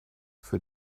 für